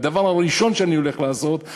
הדבר הראשון שאני הולך לעשות,